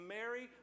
Mary